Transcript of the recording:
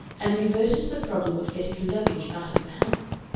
and reverted to the problem of getting her luggage out of the house.